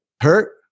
hurt